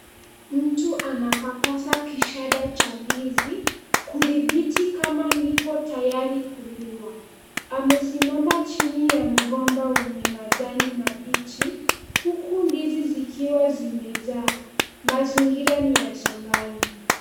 Mtu anapapasa kishada cha ndizi kudhibiti kama lipo tayari kuliwa. Amesimama chini ya mgomba wenye majani mabichi huku ndizi zikiwa zimejaa. Mazingira ni ya shambani.